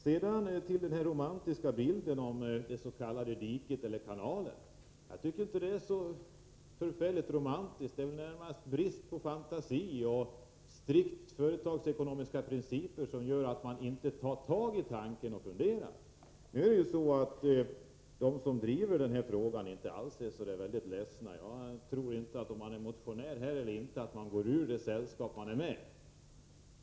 När det gäller den romantiska bilden av det s.k. diket — eller kanalen — vill jag säga följande. Jag har inte någon särskilt romantisk syn på detta. Det är väl närmast bristen på fantasi och strikt företagsekonomiska principer som utgör hinder. Man tar sig inte en ordentlig funderare. Men de som driver den här frågan är inte så ledsna. Oavsett om man är motionär eller inte tror jag inte att man går ur de sällskap där man är med.